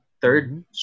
Third